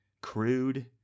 crude